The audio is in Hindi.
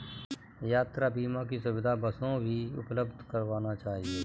यात्रा बीमा की सुविधा बसों भी उपलब्ध करवाना चहिये